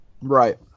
Right